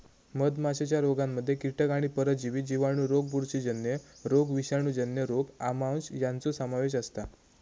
मधमाशीच्या रोगांमध्ये कीटक आणि परजीवी जिवाणू रोग बुरशीजन्य रोग विषाणूजन्य रोग आमांश यांचो समावेश असता